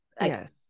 Yes